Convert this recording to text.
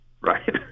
right